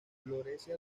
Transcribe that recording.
florece